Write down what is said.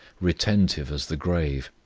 retentive as the grave.